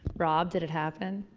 rob did it happen?